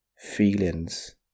feelings